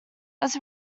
was